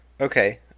Okay